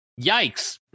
Yikes